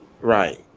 Right